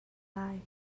lai